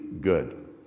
good